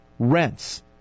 Rents